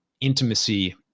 intimacy